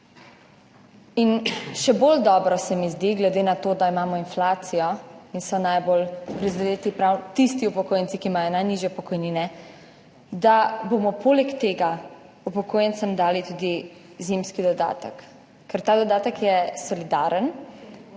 In še bolj dobro se mi zdi glede na to, da imamo inflacijo in so najbolj prizadeti prav tisti upokojenci, ki imajo najnižje pokojnine, da bomo poleg tega upokojencem dali tudi zimski dodatek, ker ta dodatek je solidaren,